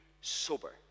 sober